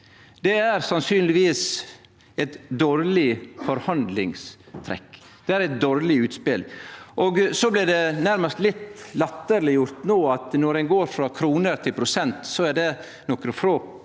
Det er sannsynlegvis eit dårleg forhandlingstrekk, det er eit dårleg utspel. Så blei det nærast litt latterleggjort no at når ein går frå kroner til prosent, er det nokre få produkt